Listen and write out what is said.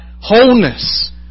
wholeness